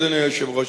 אדוני היושב-ראש,